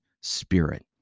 spirit